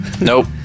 Nope